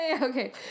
Okay